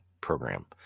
program